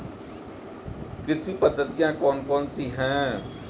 कृषि पद्धतियाँ कौन कौन सी हैं?